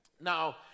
Now